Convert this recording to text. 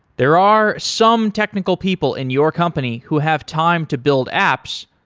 there are some technical people in your company who have time to build apps,